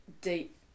deep